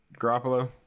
Garoppolo